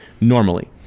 normally